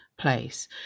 place